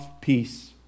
Peace